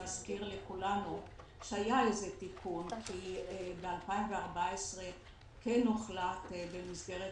להזכיר לכולנו שהיה איזה תיקון כי ב-2014 כן הוחלט במסגרת